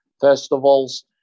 festivals